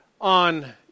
on